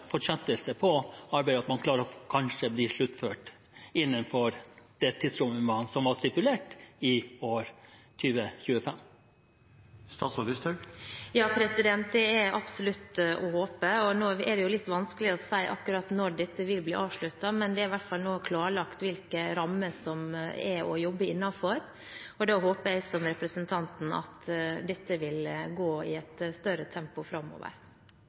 at man kanskje klarer å sluttføre det innen det tidspunktet som ble stipulert, år 2025. Ja, det er absolutt å håpe. Det er litt vanskelig å si akkurat når dette vil bli avsluttet, men nå er i hvert fall rammene man skal jobbe innenfor, klarlagt. Og da håper jeg, som representanten Simensen, at dette vil gå i et større tempo framover.